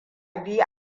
biyu